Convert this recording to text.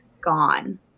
gone